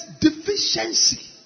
deficiency